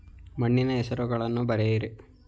ಮಣ್ಣಿನ ಹೆಸರುಗಳನ್ನು ಬರೆಯಿರಿ